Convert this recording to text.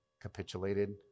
capitulated